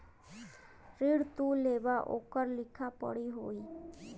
ऋण तू लेबा ओकर लिखा पढ़ी होई